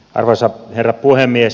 arvoisa herra puhemies